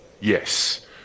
Yes